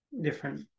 different